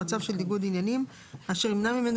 במצב של ניגוד עניינים אשר ימנע ממנו